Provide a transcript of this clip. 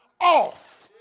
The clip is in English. off